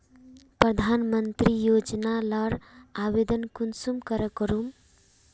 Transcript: प्रधानमंत्री योजना लार आवेदन कुंसम करे करूम?